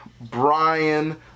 brian